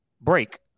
break